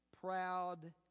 proud